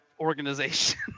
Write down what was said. organization